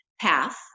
path